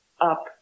up